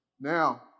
Now